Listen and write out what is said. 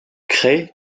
craie